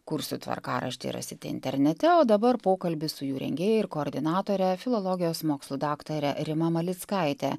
kursų tvarkaraštį rasite internete o dabar pokalbis su jų rengėjai ir koordinatore filologijos mokslų daktarė rima malickaite